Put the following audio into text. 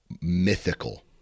mythical